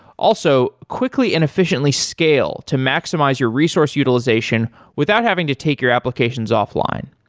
also, quickly and efficiently scale to maximize your resource utilization without having to take your applications offline.